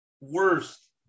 Worst